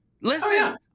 Listen